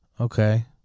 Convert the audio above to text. Okay